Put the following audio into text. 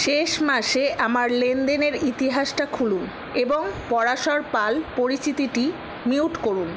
শেষ মাসে আমার লেনদেনের ইতিহাসটা খুলুন এবং পরাশর পাল পরিচিতিটি মিউট করুন